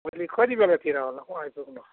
भोलि कति बेलातिर होला आइपुग्नु